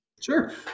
Sure